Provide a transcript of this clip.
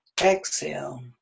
Exhale